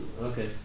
Okay